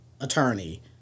attorney